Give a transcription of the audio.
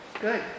Good